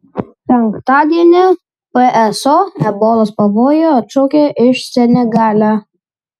penktadienį pso ebolos pavojų atšaukė iš senegale